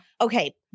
okay